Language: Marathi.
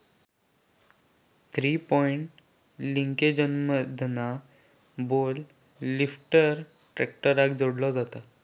थ्री पॉइंट लिंकेजमधना बेल लिफ्टर ट्रॅक्टराक जोडलो जाता